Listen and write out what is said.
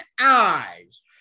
eyes